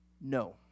No